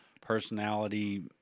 personality